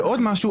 ועוד משהו,